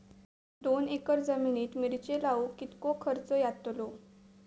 दोन एकर जमिनीत मिरचे लाऊक कितको खर्च यातलो?